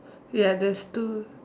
ya there's two